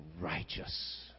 righteous